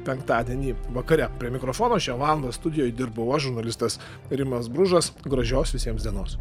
penktadienį vakare prie mikrofono šią valandą studijoj dirbau aš žurnalistas rimas bružas gražios visiems dienos